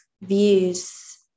views